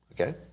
okay